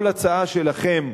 כל הצעה שלכם,